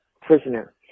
prisoner